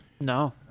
no